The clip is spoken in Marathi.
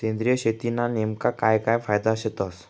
सेंद्रिय शेतीना नेमका काय काय फायदा शेतस?